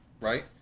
Right